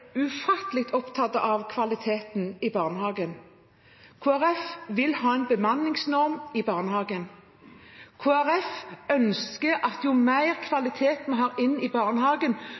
ufattelig opptatt av kvaliteten i barnehagen. Kristelig Folkeparti vil ha en bemanningsnorm i barnehagen. Kristelig Folkeparti ønsker mer kvalitet inn i barnehagen,